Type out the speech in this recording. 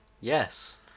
Yes